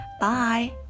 Bye